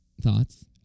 Thoughts